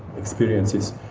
experiences.